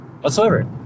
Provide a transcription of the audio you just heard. whatsoever